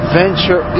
venture